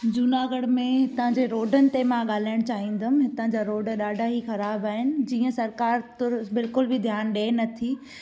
झूनागढ़ में हितां जे रोडन ते मां ॻाल्हायण चाहींदुमि हितां जा रोड ॾाढा ई ख़राब आहिनि जीअं सरकार तुर बिल्कुल बि ध्यानु ॾिए नथी